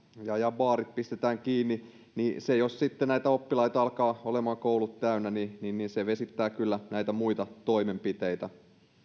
ja ja baarit pistetään kiinni ja jos sitten näitä oppilaita alkaa olemaan koulut täynnä niin niin se vesittää kyllä näitä muita toimenpiteitä